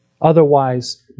Otherwise